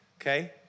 okay